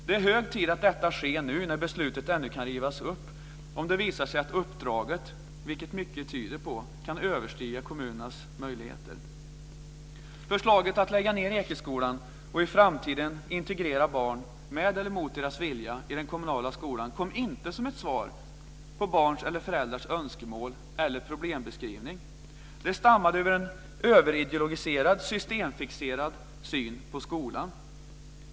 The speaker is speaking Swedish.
Det är hög tid att detta skser nu, när beslutet ännu kan rivas upp, om det visar sig att uppdraget - vilket mycket tyder på - kan överstiga kommunernas möjligheter. Förslaget att lägga ned Ekeskolan och i framtiden integrera barn, med eller mot deras vilja, i den kommunala skolan kom inte som ett svar på barns eller föräldrars önskemål eller problembeskrivning. Det stammade ur en överideologiskerad och systemfixerad syn på skolan.